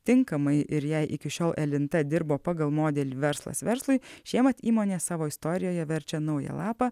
tinkamai ir jei iki šiol elinta dirbo pagal modelį verslas verslui šiemet įmonė savo istorijoje verčia naują lapą